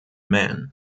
men